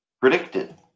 predicted